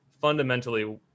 fundamentally